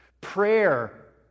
Prayer